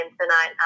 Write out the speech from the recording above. tonight